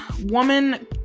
woman